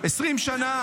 לפני 20 שנה.